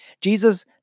Jesus